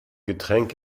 getränk